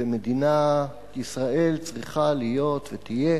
ומדינת ישראל צריכה להיות ותהיה